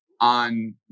on